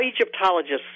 Egyptologists